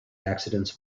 accidents